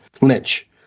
Lynch